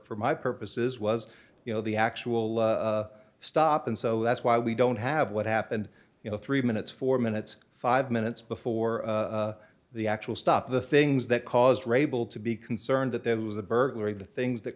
for my purposes was you know the actual stop and so that's why we don't have what happened you know three minutes four minutes five minutes before the actual stop the things that caused raible to be concerned that there was a burglary the things that